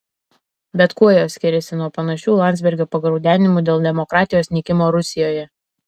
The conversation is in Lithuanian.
bet kuo jos skiriasi nuo panašių landsbergio pagraudenimų dėl demokratijos nykimo rusijoje